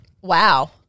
Wow